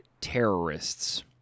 terrorists